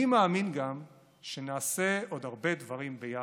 אני מאמין גם שנעשה עוד הרבה דברים ביחד.